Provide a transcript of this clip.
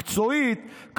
מקצועית,